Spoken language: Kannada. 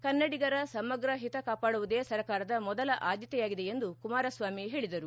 ಕನ್ನಡಿಗರ ಸಮಗ್ರ ಹಿತ ಕಾಪಾಡುವುದೇ ಸರಕಾರದ ಮೊದಲ ಆದ್ದತೆಯಾಗಿದೆ ಎಂದು ಕುಮಾರಸ್ವಾಮಿ ಹೇಳಿದರು